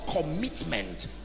commitment